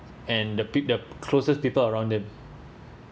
and the peo~ the closest people around them